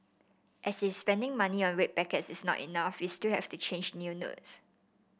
as if spending money on red packets is not enough you still have to change new notes